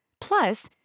Plus